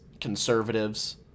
conservatives